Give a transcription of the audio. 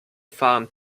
fahren